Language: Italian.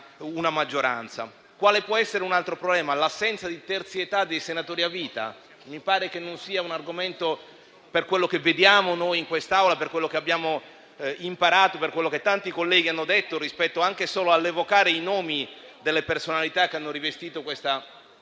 Quale può essere un altro problema? L'assenza di terzietà dei senatori a vita? Mi pare che non sia un argomento: per quello che vediamo in quest'Aula, per quello che abbiamo imparato, per quello che tanti colleghi hanno detto, rispetto anche solo all'evocare i nomi delle personalità che hanno rivestito questa